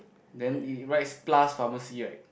then it it writes plus pharmacy right